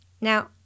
Now